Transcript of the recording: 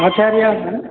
आचार्याः